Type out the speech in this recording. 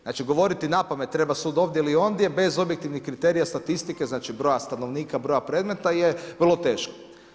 Znači, govoriti napamet treba sud ovdje ili ondje bez objektivnih kriterija statistike, znači broja stanovnika, broja predmeta je vrlo teško.